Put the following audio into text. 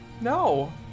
No